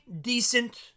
decent